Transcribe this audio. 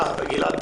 מופיע נושא האפליה.